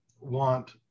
want